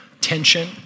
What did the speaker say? tension